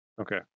Okay